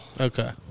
Okay